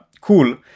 cool